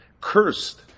cursed